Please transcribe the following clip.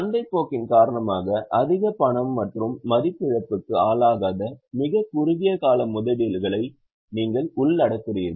சந்தை போக்கின் காரணமாக அதிக பணம் மற்றும் மதிப்பு இழப்புக்கு ஆளாகாத மிகக் குறுகிய கால முதலீடுகளை நீங்கள் உள்ளடக்குகிறீர்கள்